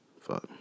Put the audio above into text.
fuck